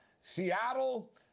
Seattle